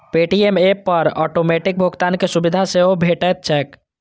Paytm app पर automatic भुगतान के सुविधा सेहो भेटैत छैक